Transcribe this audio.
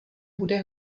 bude